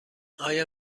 آیا